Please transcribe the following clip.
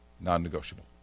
non-negotiable